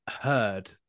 heard